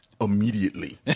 immediately